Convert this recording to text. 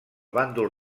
bàndol